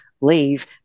leave